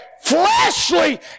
fleshly